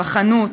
בחנות,